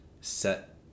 set